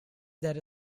that